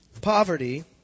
poverty